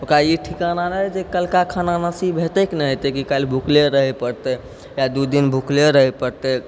ओकरा ई ठिकाना नहि रहै छै कि कल्हुका खाना नसीब हेतै कि नहि हेतै कि काल्हि भुखले रहै पड़तै या दू दिन भुखले रहै पड़तै